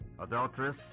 Adulteress